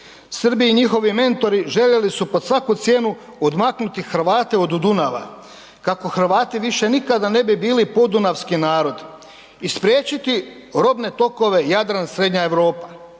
Srbi i njihovi mentori željeli su pod svaku cijenu odmaknuti Hrvate od Dunava kako Hrvati više nikada ne bi bili podunavski narod i spriječiti robne tokove Jadran – Srednja Europa.